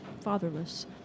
fatherless